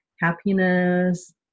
happiness